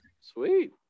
Sweet